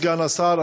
סגן השר,